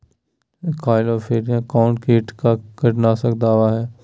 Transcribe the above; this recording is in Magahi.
क्लोरोपाइरीफास कौन किट का कीटनाशक दवा है?